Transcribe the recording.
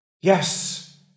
yes